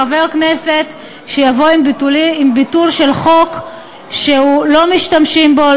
חבר כנסת שיבוא עם ביטול של חוק שלא משתמשים בו,